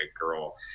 girl